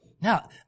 Now